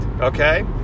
okay